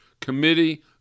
Committee